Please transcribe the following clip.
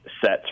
sets